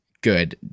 good